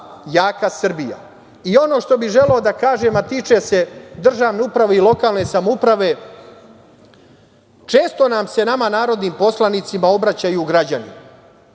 jaka Srbija. Ono što bih želeo da kažem, a tiče se državne uprave i lokalne samouprave često se nama narodnim poslanicima obraćaju građani